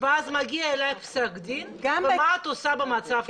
ואז מגיע אלייך פסק דין, מה את עושה במצב כזה?